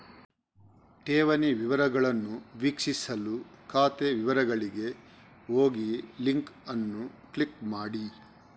ಠೇವಣಿ ವಿವರಗಳನ್ನು ವೀಕ್ಷಿಸಲು ಖಾತೆ ವಿವರಗಳಿಗೆ ಹೋಗಿಲಿಂಕ್ ಅನ್ನು ಕ್ಲಿಕ್ ಮಾಡಿ